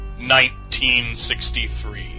1963